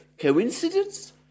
coincidence